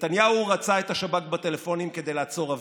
נתניהו רצה את השב"כ בטלפונים כדי לעצור הפגנות,